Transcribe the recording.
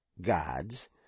gods